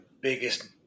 biggest